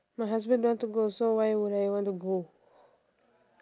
my husband don't want to go so why would I want to go